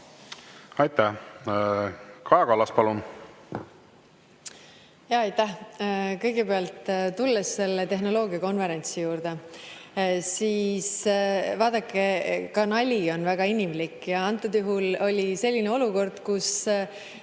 palun! Kaja Kallas, palun! Jaa, aitäh! Kõigepealt tulen selle tehnoloogiakonverentsi juurde. Vaadake, ka nali on väga inimlik ja antud juhul oli selline olukord, kus